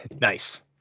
Nice